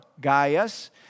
Gaius